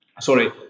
sorry